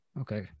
Okay